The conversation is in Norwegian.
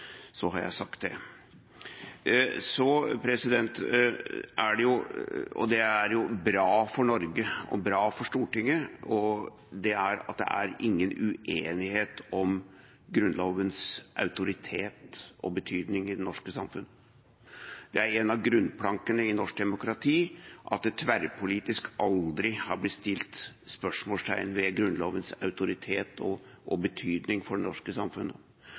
Så har jeg sagt det. Det er bra for Norge og bra for Stortinget at det ikke er noen uenighet om Grunnlovens autoritet og betydning i det norske samfunnet. Det er en av grunnplankene i norsk demokrati at det tverrpolitisk aldri har blitt satt spørsmålstegn ved Grunnlovens autoritet og betydning for det norske samfunnet.